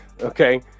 okay